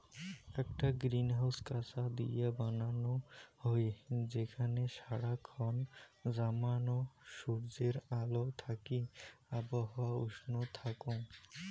আকটা গ্রিনহাউস কাচ দিয়া বানানো হই যেখানে সারা খন জমানো সূর্যের আলো থাকি আবহাওয়া উষ্ণ থাকঙ